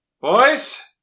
Boys